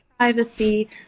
Privacy